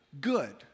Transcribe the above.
good